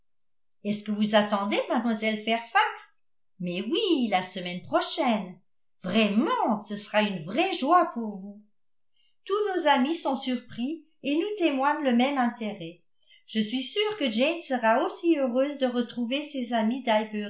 est-ce que vous attendez mlle fairfax mais oui la semaine prochaine vraiment ce sera une vraie joie pour vous tous nos amis sont surpris et nous témoignent le même intérêt je suis sûre que jane sera aussi heureuse de retrouver ses amis